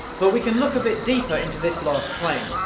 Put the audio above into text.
but we can look a bit deeper into this last claim.